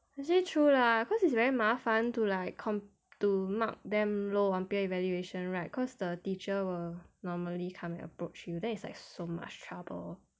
actually true lah cause it's very 麻烦 to like com~ to mark them low on peer evaluation right cause the teacher will normally come approach you then it's like so much trouble